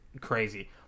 crazy